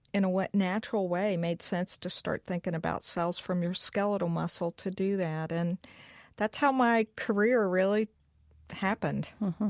in a natural way, made sense to start thinking about cells from your skeletal muscle to do that. and that's how my career really happened